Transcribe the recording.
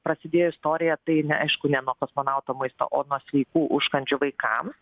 prasidėjo istorija tai ne aišku ne nuo kosmonauto maisto o nuo sveikų užkandžių vaikam